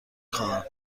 خواهم